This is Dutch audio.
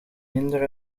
minder